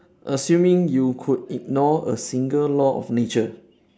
assuming you could ignore a single law of nature